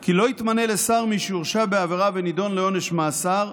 כי "לא יתמנה לשר מי שהורשע בעבירה ונידון לעונש מאסר,